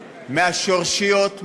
מהשורשיות,